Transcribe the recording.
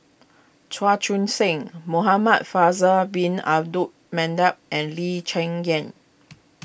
Chua Joon sing Muhamad Faisal Bin Abdul Manap and Lee Cheng Yan